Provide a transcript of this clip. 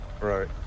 right